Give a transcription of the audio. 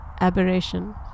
aberration